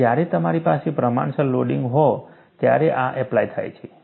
અને જ્યારે તમારી પાસે પ્રમાણસર લોડિંગ હોય ત્યારે આ એપ્લાય થાય છે